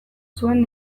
zuen